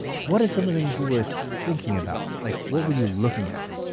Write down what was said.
what are some things you were thinking about? like what were you looking at?